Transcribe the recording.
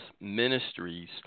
Ministries